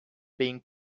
being